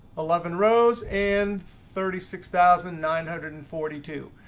eleven rows and thirty six thousand nine hundred and forty two.